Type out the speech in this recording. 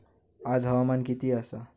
आज हवामान किती आसा?